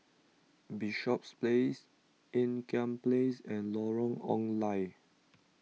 Bishops Place Ean Kiam Place and Lorong Ong Lye